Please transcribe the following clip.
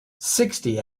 sixty